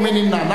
ומי נמנע?